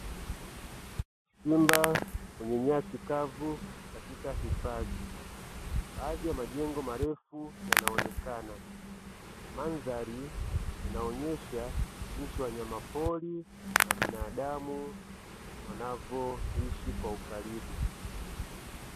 Nyumba yenye nyasi kavu katika hifadhi baadhi ya majengo marefu yanaonekana, mandhari inaonyesha jinsi wanyama pori na binadamu wanavyoishi kwa ukaribu.